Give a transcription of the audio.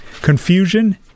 confusion